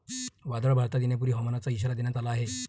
वादळ भारतात येण्यापूर्वी हवामानाचा इशारा देण्यात आला आहे